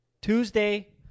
Tuesday